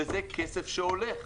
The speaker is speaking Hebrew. וזה כסף שהולך.